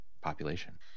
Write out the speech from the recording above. population